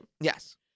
Yes